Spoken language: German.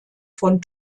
von